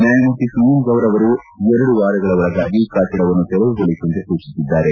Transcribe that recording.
ನ್ನಾಯಮೂರ್ತಿ ಸುನೀಲ್ ಗೌರ್ ಅವರು ಎರಡು ವಾರಗಳ ಒಳಗಾಗಿ ಕಟ್ಟಡವನ್ನು ತೆರವುಗೊಳಿಸುವಂತೆ ಸೂಚಿಸಿದ್ದಾರೆ